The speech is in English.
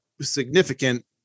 significant